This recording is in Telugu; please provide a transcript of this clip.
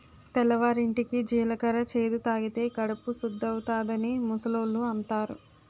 తెల్లవారింటికి జీలకర్ర చేదు తాగితే కడుపు సుద్దవుతాదని ముసలోళ్ళు అంతారు